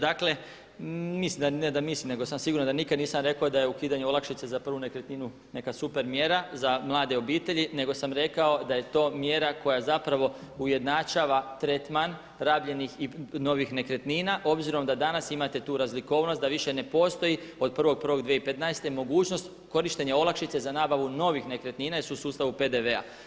Dakle mislim, ne da mislim nego sam siguran da nikad nisam rekao da je ukidanje olakšice za prvu nekretninu neka super mjera za mlade obitelji nego sam rekao da je to mjera koja zapravo ujednačava tretman rabljenih i novih nekretnina obzirom da danas imate tu razlikovnost da više ne postoji od 1.1.2015. mogućnost korištenja olakšice za nabavu novih nekretnina jer su u sustavu PDV-a.